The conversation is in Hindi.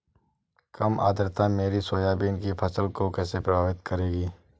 कम आर्द्रता मेरी सोयाबीन की फसल को कैसे प्रभावित करेगी?